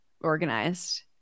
organized